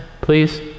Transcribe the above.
please